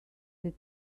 that